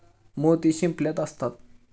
मोती शिंपल्यात असतात